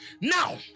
Now